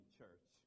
church